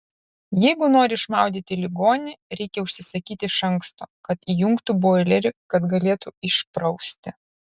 jeigu nori išmaudyti ligonį reikia užsisakyti iš anksto kad įjungtų boilerį kad galėtų išprausti